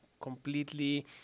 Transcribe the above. completely